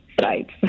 sites